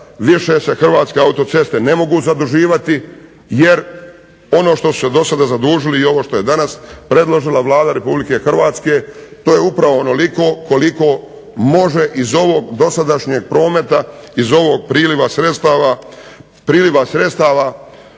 više se Hrvatske autoceste ne mogu zaduživati jer ono što su se dosada zadužili i ovo što je danas predložila Vlada Republike Hrvatske to je upravo onoliko koliko može iz ovog dosadašnjeg prometa, iz ovog priljeva sredstava osigurati se da